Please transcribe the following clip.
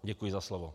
Děkuji za slovo.